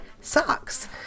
socks